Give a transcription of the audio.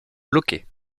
bloquée